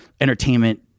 entertainment